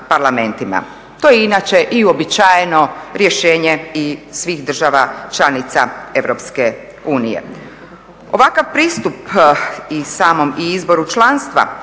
To je inače uobičajeno rješenje i svih država članica